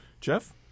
Jeff